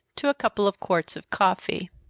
to a couple of quarts of coffee.